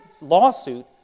lawsuit